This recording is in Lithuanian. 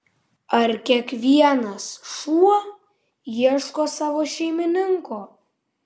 ar kiekvienas šuo ieško savo šeimininko